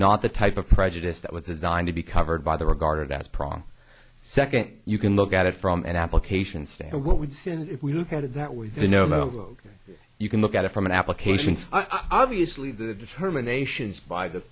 not the type of prejudice that was designed to be covered by the regarded as prong second you can look at it from an application stand what we've seen and if we look at it that we know you can look at it from an application i obviously the determinations by the